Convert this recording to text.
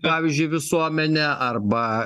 pavyzdžiui visuomenę arba